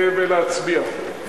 ולהצביע.